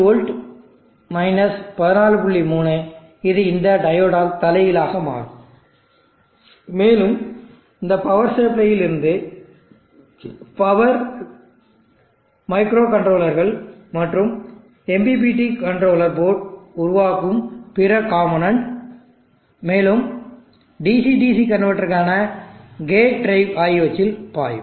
3 இது இந்த டையோடால் தலைகீழாக மாறும் மேலும் இந்த பவர் சப்ளையில் இருந்து பவர் மைக்ரோகண்ட்ரோலர்கள் மற்றும் MPPT கண்ட்ரோலர் போர்டு உருவாக்கும் பிற காம்போநென்ட் மேலும் DC DC கன்வெர்ட்டருக்கான கேட் டிரைவ் ஆகியவற்றில் பாயும்